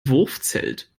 wurfzelt